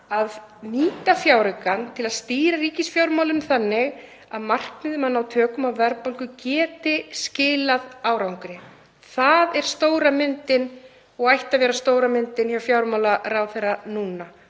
að nýta fjáraukann til að stýra ríkisfjármálum þannig að markmið um að ná tökum á verðbólgu geti skilað árangri. Það er stóra myndin og ætti að vera stóra myndin hjá fjármálaráðherra um